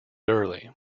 early